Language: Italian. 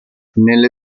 nelle